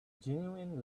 genuine